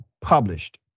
published